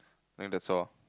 I think that's all